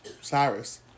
Cyrus